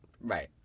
Right